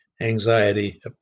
anxiety